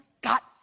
got